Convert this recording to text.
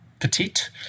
petite